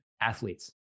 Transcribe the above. Athletes